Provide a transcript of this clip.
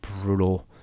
brutal